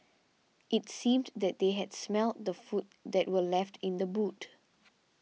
it seemed that they had smelt the food that were left in the boot